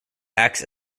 acts